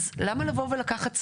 אז למה לבוא ולקחת סמכות?